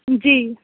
جی